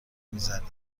میزنی